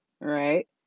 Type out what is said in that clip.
right